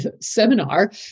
seminar